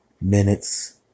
Minutes